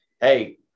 hey